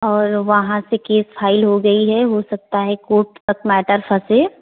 और वहाँ से केस फाइल हो गई है हो सकता है कोर्ट तक मैटर फँसे